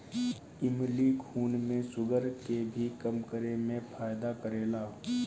इमली खून में शुगर के भी कम करे में फायदा करेला